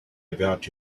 about